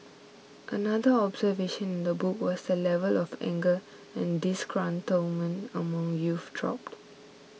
another observation in the book was the level of anger and disgruntlement among youth dropped